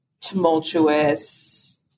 tumultuous